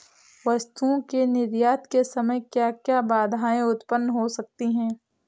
वस्तुओं के निर्यात के समय क्या क्या बाधाएं उत्पन्न हो सकती हैं?